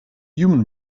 human